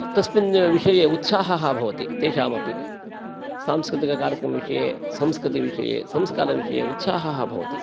तस्मिन्न् विषये उत्साहः भवति तेषाम् अपि सांस्कृतिककार्यक्रमविषये संस्कृतिविषये संस्कारविषये उत्साहः भवति